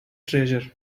treasure